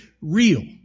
real